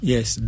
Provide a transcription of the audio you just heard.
Yes